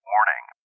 Warning